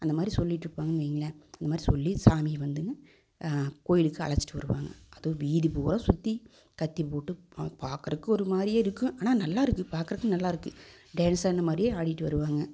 அந்த மாதிரி சொல்லிட்டுருப்பாங்கன்னு வைங்களேன் இந்த மாதிரி சொல்லி சாமியை வந்துங்க கோயிலுக்கு அழைச்சிட்டு வருவாங்க அதுவும் வீதி பூரா சுற்றி கத்தி போட்டு பா பார்க்கறக்கு ஒரு மாதிரியே இருக்கும் ஆனால் நல்லா இருக்கு பார்க்கறக்கு நல்லா இருக்கு டான்ஸ் ஆடுன மாதிரியே ஆடிகிட்டு வருவாங்க